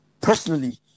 Personally